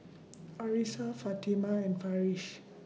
Arissa Fatimah and Farish